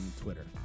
Twitter